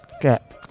Get